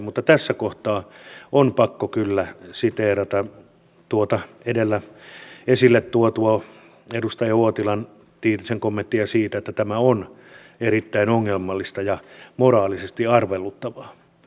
mutta tässä kohtaa on pakko kyllä siteerata tuota edustaja uotilan edellä esille tuomaa tiitisen kommenttia siitä että tämä on erittäin ongelmallista ja moraalisesti arveluttavaa